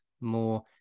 more